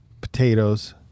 potatoes